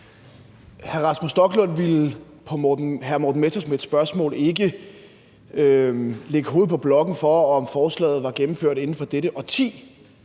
Hr. Rasmus Stoklund ville på hr. Morten Messerschmidts spørgsmål ikke lægge hovedet på blokken, i forhold til om forslaget ville blive gennemført inden for dette